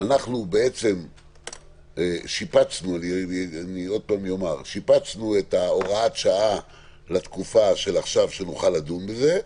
אנחנו שיפצנו את הוראת השעה לתקופה של עכשיו כדי שנוכל לדון בזה,